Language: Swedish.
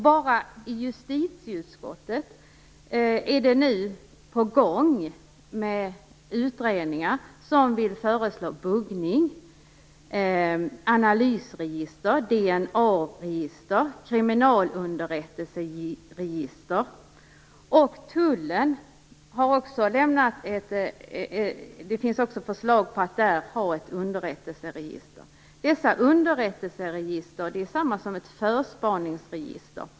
Bara i Justitiedepartementet är utredningar nu på gång som vill föreslå buggning, analysregister, DNA-register och kriminalunderrättelseregister. Det finns också förslag på att låta Tullen ha ett underrättelseregister. Det är detsamma som ett förspaningsregister.